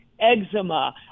eczema